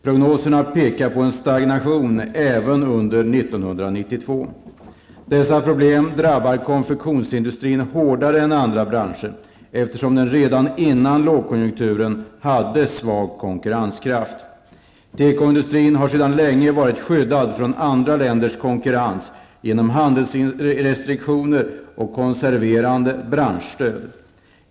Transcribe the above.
Prognoserna pekar på en stagnation även under år 1992. Dessa problem drabbar konfektionsindustrin hårdare än andra branscher, eftersom den redan innan lågkonjunkturen hade svag konkurrenskraft. Tekoindustrin har sedan länge varit skyddad från andra länders konkurrens genom handelsrestriktioner och konserverande branschstöd.